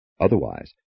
Otherwise